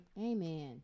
Amen